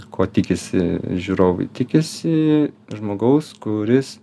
ko tikisi žiūrovai tikisi žmogaus kuris